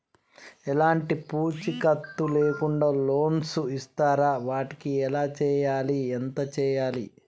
ఎలాంటి పూచీకత్తు లేకుండా లోన్స్ ఇస్తారా వాటికి ఎలా చేయాలి ఎంత చేయాలి?